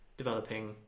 developing